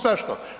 Zašto?